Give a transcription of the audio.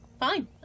Fine